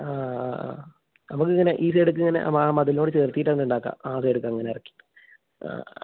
ആ ആ ആ ആ നമുക്ക് ഇങ്ങനെ ഈ സൈഡെക്ക് ഇങ്ങനെ ആ മതിലിനോട് ചേർത്തിട്ട് അങ്ങ് ഉണ്ടാക്കാം ആദ്യം എടിക്കാ അങ്ങനെ ഇറക്കിട്ട് ആ